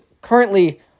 currently